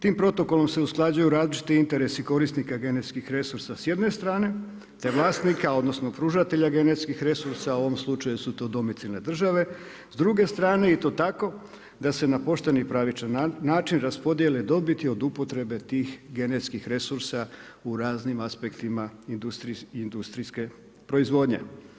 Tim protokolom se usklađuju različiti interesi korisnika genetskih resursa s jedne strane, te vlasnika, odnosno pružatelja genetskih resursa u ovom slučaju su to domicilne države s druge strane i to tako da se na pošten i pravičan način raspodjele dobiti od upotrebe tih genetskih resursa u raznim aspektima industrijske proizvodnje.